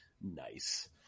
nice